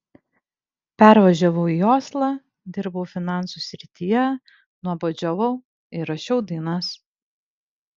pervažiavau į oslą dirbau finansų srityje nuobodžiavau ir rašiau dainas